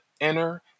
enter